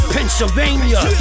Pennsylvania